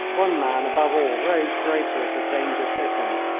one man above all rose greater as the danger thickened,